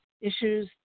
issues